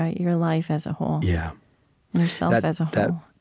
ah your life as a whole, yeah yourself but as um a